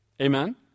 Amen